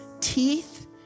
teeth